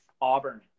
Auburn